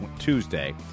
Tuesday